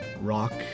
rock